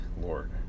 lord